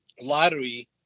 lottery